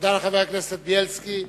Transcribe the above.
תודה לחבר הכנסת בילסקי.